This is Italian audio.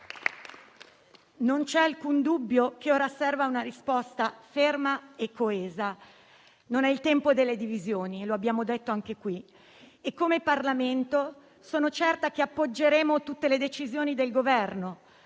Non c'è alcun dubbio che ora serva una risposta ferma e coesa; non è il tempo delle divisioni e lo abbiamo detto anche qui. Come Parlamento, sono certa che appoggeremo tutte le decisioni del Governo,